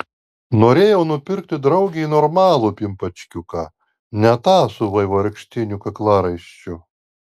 norėjau nupirkti draugei normalų pimpačkiuką ne tą su vaivorykštiniu kaklaraiščiu